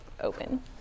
open